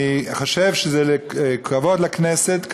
אני חושב שזה כבוד לכנסת,